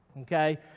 Okay